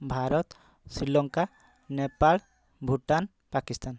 Bharat Sri Lanka Nepal Bhutan Pakistan